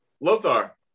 Lothar